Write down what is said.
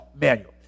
manual